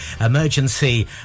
Emergency